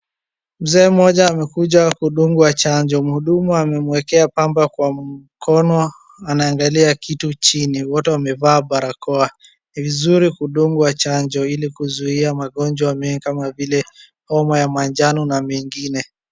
Mzee mmoja amekuja kudungwa chanjo. Mhudumu amemuekea pamba kwa mkono anaangalia kitu chini. Wote wamevaa barakoa. Ni vizuri kudungwa chanjo ili kuzuia magonjwa mengi kama vile homa ya majano na mengine.